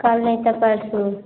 कल नहीं तो परसों